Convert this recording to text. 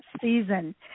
season